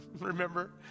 remember